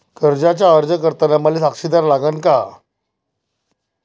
कर्जाचा अर्ज करताना मले साक्षीदार लागन का?